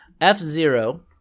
F-Zero